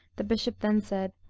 the bishop then said,